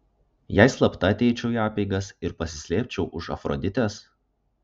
jei slapta ateičiau į apeigas ir pasislėpčiau už afroditės